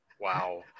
Wow